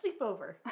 sleepover